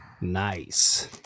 Nice